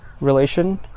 relation